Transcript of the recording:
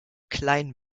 klein